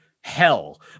hell